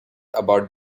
about